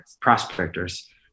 prospectors